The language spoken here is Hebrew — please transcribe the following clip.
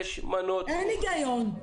אין היגיון.